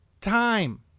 time